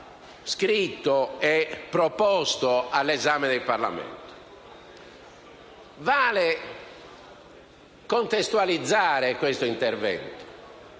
scritto e proposto all'esame del Parlamento. Vale contestualizzare questo intervento.